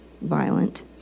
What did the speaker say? violent